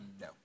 No